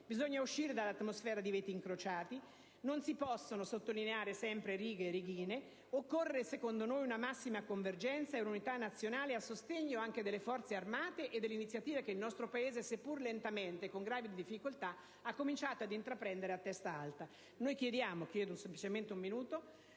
Bisogna uscire dall'atmosfera dei veti incrociati. Non si possono sottolineare sempre righe e righine: occorre secondo noi una massima convergenza e un'unità nazionale a sostegno anche delle Forze armate e dell'iniziativa che il nostro Paese, seppur lentamente e con gravi difficoltà, ha cominciato ad intraprendere a testa alta.